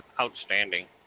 Outstanding